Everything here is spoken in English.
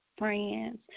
friends